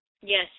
Yes